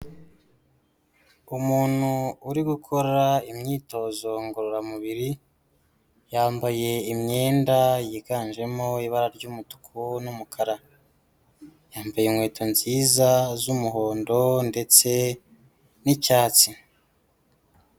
Umuntu uri gukora imyitozo ngororamubiri, yambaye imyenda yiganjemo ibara ry'umutuku n'umukara. Yambaye inkweto nziza z'umuhondo ndetse n'icyatsi.